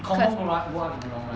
confirm go up go up in the long run